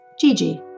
Gigi